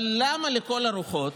אבל למה, לכל הרוחות,